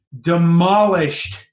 demolished